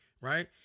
Right